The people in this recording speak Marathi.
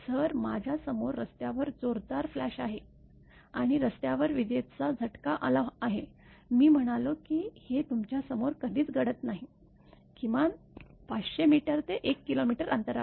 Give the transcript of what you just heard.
सर माझ्या समोर रस्त्यावर जोरदार फ्लॅश आहे आणि रस्त्यावर विजेचा झटका आला आहे मी म्हणालो की हे तुमच्यासमोर कधीच घडत नाही किमान ५०० मीटर ते १ किलोमीटर अंतरावर